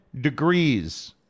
degrees